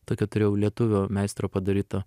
tokią turėjau lietuvio meistro padarytą